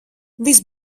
viss